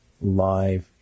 live